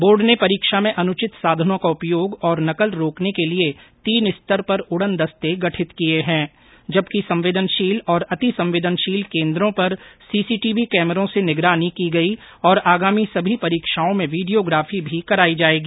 board ने परीक्षा में अनुचित साधनों का उपयोग और नकल रोकने के लिए तीन स्तर पर उड़न दस्ते गठित किए हैंजबकि संवेदनशील और अतिसंवेदनशील केंद्रों पर सीसीटीवी कैमरों से निगरानी की गई और आगामी सभी परीक्षाओं में वीडियोग्राफी भी कराई जायेगी